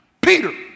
Peter